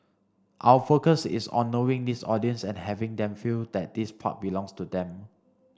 our focus is on knowing this audience and having them feel that this park belongs to them